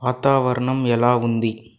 వాతావరణం ఎలా ఉంది